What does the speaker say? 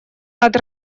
над